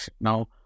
now